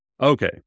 Okay